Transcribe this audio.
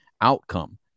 outcome